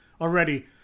already